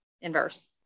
inverse